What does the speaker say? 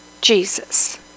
Jesus